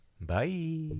Bye